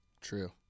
True